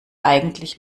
eigentlich